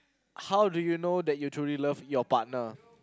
how do you know that you truly love your partner